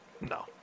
no